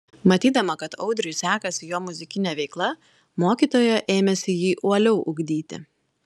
matydama kad audriui sekasi jo muzikinė veikla mokytoja ėmėsi jį uoliau ugdyti